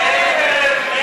נגד?